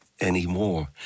anymore